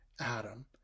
Adam